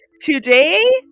Today